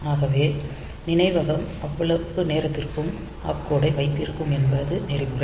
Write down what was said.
ஆகவே நினைவகம் அவ்வளவு நேரத்திற்கு ஆப்கோடை வைத்திருக்கும் என்பது நெறிமுறை